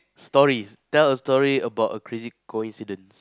stories tell a story about a crazy coincidence